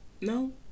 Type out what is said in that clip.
No